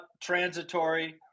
transitory